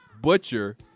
butcher